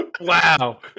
Wow